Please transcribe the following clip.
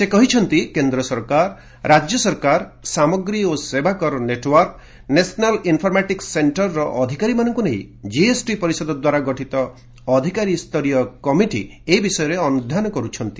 ସେ କହିଛନ୍ତି କେନ୍ଦ୍ର ସରକାର ରାଜ୍ୟ ସରକାର ସାମଗ୍ରୀ ଓ ସେବାକର ନେଟୱାର୍କ ନ୍ୟାସନାଲ୍ ଇନ୍ଫର୍ମାଟିକ୍ସ ସେଣ୍ଟରର ଅଧିକାରୀମାନଙ୍କୁ ନେଇ ଜିଏସ୍ଟି ପରିଷଦ ଦ୍ୱାରା ଗଠିତ ଅଧିକାରୀସ୍ତରୀୟ କମିଟି ଏ ବିଷୟରେ ଅନୁଧ୍ୟାନ କରୁଛନ୍ତି